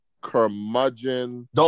curmudgeon